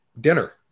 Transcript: dinner